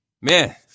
Man